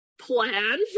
plan